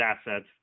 assets